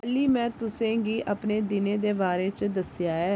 हल्ली में तुसें गी अपने दिनै दे बारे च दस्सेआ ऐ